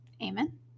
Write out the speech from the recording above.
Amen